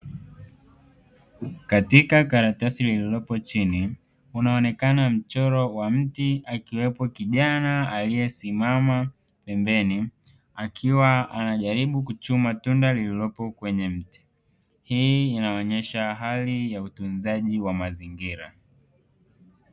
Ktika karatasi lililopo chini kunaonekana mchoro wa mti akiwepo kijana aliyesimama pembeni, akiwa anajaribu kuchuma tunda lililopo kwenye mti, hii inaonesha hali ya utunzaji wa mazingira.